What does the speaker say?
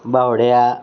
बावड्या